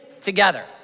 together